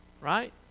right